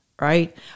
Right